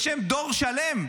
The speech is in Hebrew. בשם דור שלם,